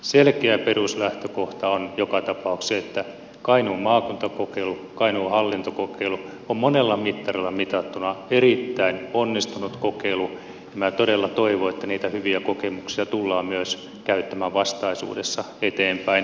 selkeä peruslähtökohta on joka tapauksessa se että kainuun maakuntakokeilu kainuun hallintokokeilu on monella mittarilla mitattuna erittäin onnistunut kokeilu ja minä todella toivon että niitä hyviä kokemuksia tullaan myös käyttämään vastaisuudessa eteenpäin